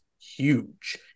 huge